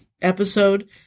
episode